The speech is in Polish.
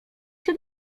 się